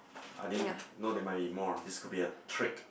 I didn't know there might be more this could be a trick